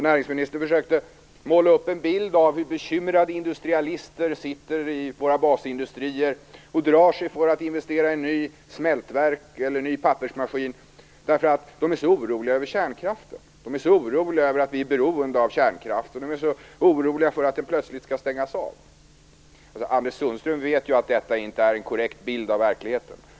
Näringsministern försökte måla upp en bild av hur bekymrade industrialister sitter i våra basindustrier och drar sig för att investera i nytt smältverk eller i ny pappersmaskin, därför att man så orolig för att bli beroende av kärnkraften och för att den plötsligt skall stängas av. Anders Sundström vet ju att detta inte är en korrekt bild av verkligheten.